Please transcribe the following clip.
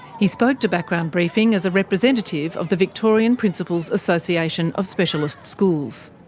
he spoke to background briefing as a representative of the victorian principals association of specialist schools.